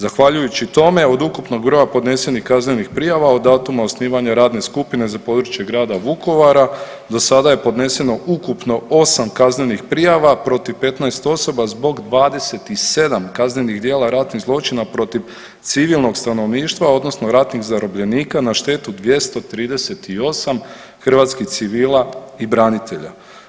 Zahvaljujući tome od ukupnog broja podnesenih kaznenih prijava od datuma osnivanja radne skupine za područje grada Vukovara do sada je podneseno ukupno 8 kaznenih prijava protiv 15 osoba zbog 27 kaznenih djela ratnih zločina protiv civilnog stanovništva odnosno ratnih zarobljenika na štetu 238 hrvatskih civila i branitelja.